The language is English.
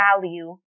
value